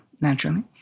naturally